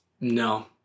No